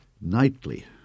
nightly